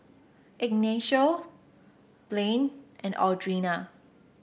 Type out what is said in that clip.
Ignacio Blaine and Audrina